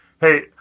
Hey